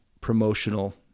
promotional